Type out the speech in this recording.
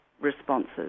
responses